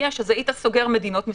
יש אז היית סוגר מדינות מסוימות.